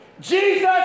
Jesus